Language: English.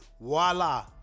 Voila